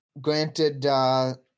Granted